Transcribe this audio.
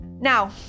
now